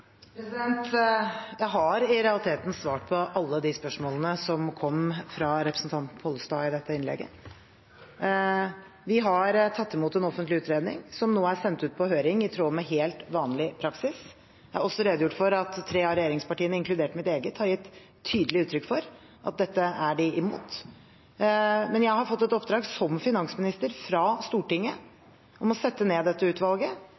Jeg har i realiteten svart på alle de spørsmålene som kom fra representanten Pollestad i dette innlegget. Vi har tatt imot en offentlig utredning, som nå er sendt på høring i tråd med helt vanlig praksis. Jeg har også redegjort for at tre av regjeringspartiene, inkludert mitt eget, har gitt tydelig uttrykk for at dette er de imot. Men jeg har som finansminister fått et oppdrag fra Stortinget om å sette ned dette utvalget